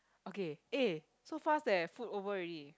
okay eh so fast eh food over already